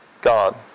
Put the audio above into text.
God